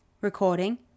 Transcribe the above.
Recording